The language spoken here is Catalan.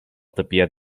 tapiat